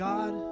God